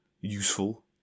useful